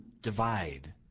divide